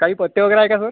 काही पथ्य वगैरे आहे का सर